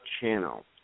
channel